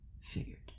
Figured